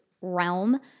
realm